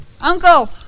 Uncle